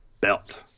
belt